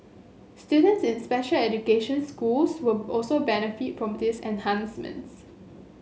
students in special education schools will also benefit from these enhancements